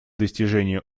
достижения